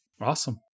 Awesome